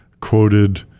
quoted –